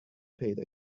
پیدا